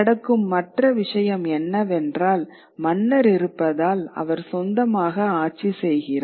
நடக்கும் மற்ற விஷயம் என்னவென்றால் மன்னர் இருப்பதால் அவர் சொந்தமாக ஆட்சி செய்கிறார்